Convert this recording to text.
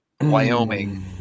Wyoming